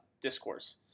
discourse